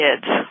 kids